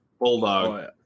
Bulldog